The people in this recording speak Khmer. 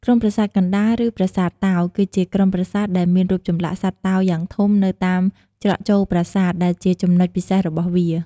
ក្រុមប្រាសាទកណ្ដាល ឬប្រាសាទតោ គឺជាក្រុមប្រាសាទដែលមានរូបចម្លាក់សត្វតោយ៉ាងធំនៅតាមច្រកចូលប្រាសាទ ដែលជាចំណុចពិសេសរបស់វា។